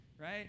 right